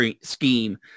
scheme